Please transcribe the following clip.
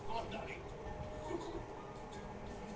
मक्का क अच्छी पैदावार बदे कवन बिया ठीक रही?